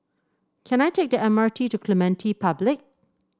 can I take the M R T to Clementi Public